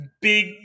big